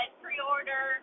pre-order